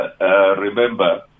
remember